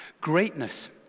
Greatness